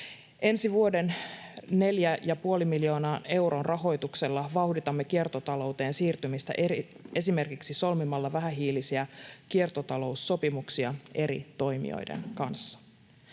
Ensi vuoden 4,5 miljoonan euron rahoituksella vauhditamme kiertotalouteen siirtymistä esimerkiksi solmimalla vähähiilisiä kiertotaloussopimuksia eri toimijoiden kanssa.